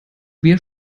wir